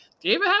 David